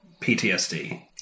PTSD